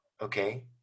okay